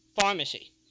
pharmacy